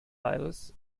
aires